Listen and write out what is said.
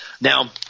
Now